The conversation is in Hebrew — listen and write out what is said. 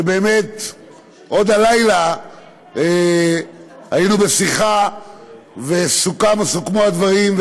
שבאמת עוד הלילה היינו בשיחה וסוכמו הדברים,